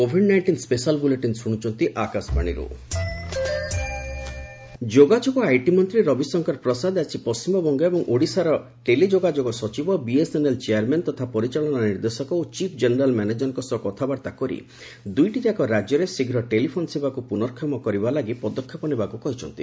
ପ୍ରସାଦ BSNL ଯୋଗାଯୋଗ ଓ IT ମନ୍ତ୍ରୀ ରବିଶଙ୍କର ପ୍ରସାଦ ଆଜି ପଣ୍ଟିମବଙ୍ଗ ଏବଂ ଓଡ଼ିଶାର ଟେଲି ଯୋଗାଯୋଗ ସଚିବ ବିଏସ୍ଏନ୍ଏଲ୍ ଚେୟାର୍ମ୍ୟାନ୍ ତଥା ପରିଚାଳନା ନିର୍ଦ୍ଦେଶକ ଓ ଚିଫ୍ କେନେରାଲ୍ ମ୍ୟାନେଜର୍ମାନଙ୍କ ସହ କଥାବାର୍ତ୍ତା କରି ଦୁଇଟିଯାକ ରାଜ୍ୟରେ ଶୀଘ୍ର ଟେଲିଫୋନ୍ ସେବାକୁ ପୁନର୍ଷମ କରିବା ଲାଗି ପଦକ୍ଷେପ ନେବାକୁ କହିଛନ୍ତି